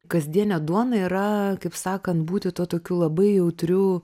kasdienė duona yra kaip sakant būti tuo tokiu labai jautriu